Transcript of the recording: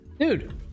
Dude